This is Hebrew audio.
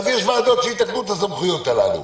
אז יש ועדות שיתקנו את הסמכויות הללו.